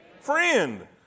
friend